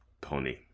pony